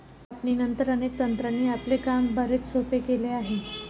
कापणीनंतर, अनेक तंत्रांनी आपले काम बरेच सोपे केले आहे